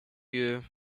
year